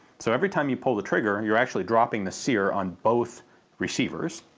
so every time you pull the trigger, and you're actually dropping the sear on both receivers.